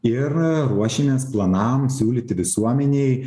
ir ruošimės planam siūlyti visuomenei